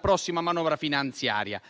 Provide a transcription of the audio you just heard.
prossima manovra finanziaria.